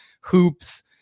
hoops